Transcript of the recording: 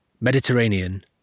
Mediterranean